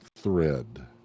thread